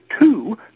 two